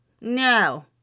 No